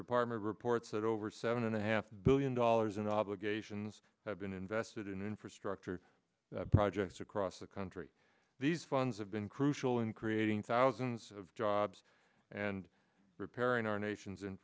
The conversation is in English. department reports that over seven and a half billion dollars in obligations have been invested in infrastructure projects across the country these funds have been crucial in creating thousands of jobs and repairing our nation's